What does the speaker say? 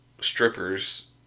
strippers